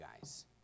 guys